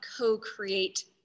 co-create